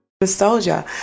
Nostalgia